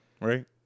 Right